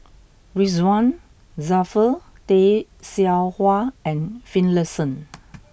Ridzwan Dzafir Tay Seow Huah and Finlayson